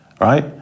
Right